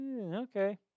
Okay